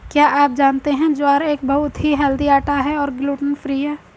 क्या आप जानते है ज्वार एक बहुत ही हेल्दी आटा है और ग्लूटन फ्री है?